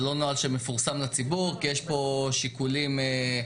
זה לא נוהל שמפורסם לציבור כי יש פה שיקולים ביטחוניים.